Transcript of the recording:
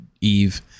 Eve